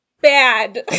Bad